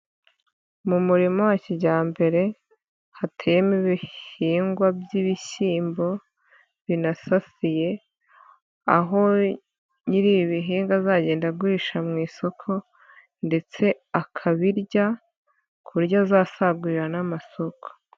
Mu murima wa kijyambere hateyemo ibihingwa by'ibishyimbo binasasiye aho nyiri ibi bihingwa azagenda agurisha mu isoko ndetse akabirya ku buryo azasagurira n'amasoko.